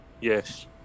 yes